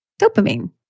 dopamine